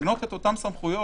מעגנות את אותן סמכויות